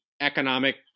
economic